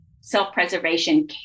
self-preservation